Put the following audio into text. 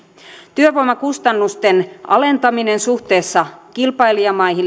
työvoimakustannusten alentaminen suhteessa kilpailijamaihin